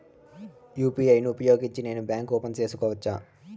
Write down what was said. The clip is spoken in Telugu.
యు.పి.ఐ ను ఉపయోగించి నేను బ్యాంకు ఓపెన్ సేసుకోవచ్చా?